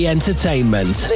Entertainment